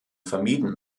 vermieden